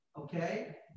okay